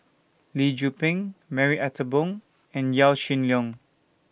Lee Tzu Pheng Marie Ethel Bong and Yaw Shin Leong